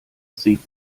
sieht